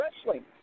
wrestling